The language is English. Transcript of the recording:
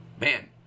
man